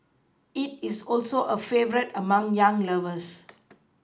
it is also a favourite among young lovers